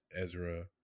Ezra